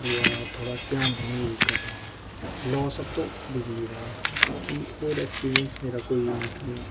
दूआ थोह्ड़ा ध्यान कन्नै यूज करने दा लास सब तों बिजली दा ऐ बाकी होर ऐक्सपिरियंस मेरा कोई मैटर नेईं